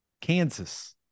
Kansas